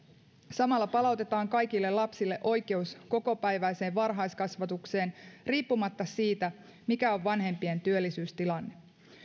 samalla palautetaan kaikille lapsille oikeus kokopäiväiseen varhaiskasvatukseen riippumatta siitä mikä on vanhempien työllisyystilanne